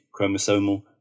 chromosomal